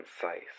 concise